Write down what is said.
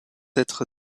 être